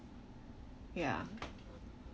ya ya